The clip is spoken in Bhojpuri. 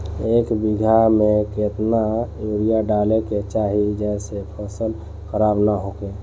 एक बीघा में केतना यूरिया डाले के चाहि जेसे फसल खराब ना होख?